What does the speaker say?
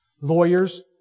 lawyers